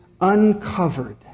uncovered